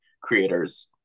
creators